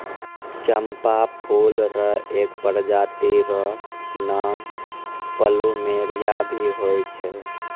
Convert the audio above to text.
चंपा फूल र एक प्रजाति र नाम प्लूमेरिया भी होय छै